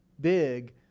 big